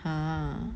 !huh!